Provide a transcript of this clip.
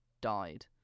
died